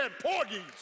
porgies